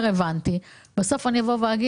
אני קודם כול אסביר